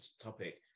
topic